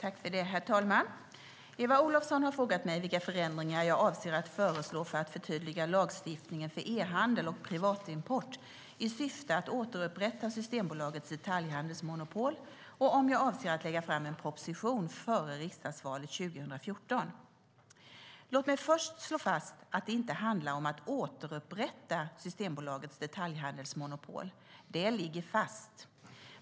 Herr talman! Eva Olofsson har frågat mig vilka förändringar jag avser att föreslå för att förtydliga lagstiftningen för e-handel och privatimport i syfte att återupprätta Systembolagets detaljhandelsmonopol och om jag avser att lägga fram en proposition före riksdagsvalet 2014. Låt mig först slå fast att det inte handlar om att återupprätta Systembolagets detaljhandelsmonopol; det ligger fast.